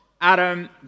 Adam